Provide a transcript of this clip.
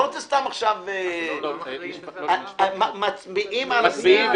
אני לא רוצה סתם עכשיו ------ מצביעים על הסעיף,